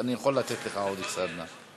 אני יכול לתת לך עוד קצת זמן.